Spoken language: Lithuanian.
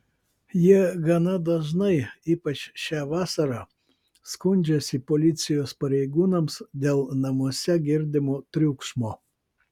jie gana dažnai ypač šią vasarą skundžiasi policijos pareigūnams dėl namuose girdimo triukšmo